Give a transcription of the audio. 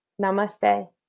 Namaste